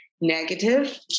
negative